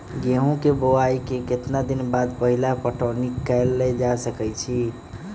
गेंहू के बोआई के केतना दिन बाद पहिला पटौनी कैल जा सकैछि?